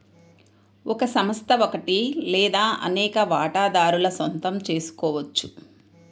ఒక సంస్థ ఒకటి లేదా అనేక వాటాదారుల సొంతం చేసుకోవచ్చు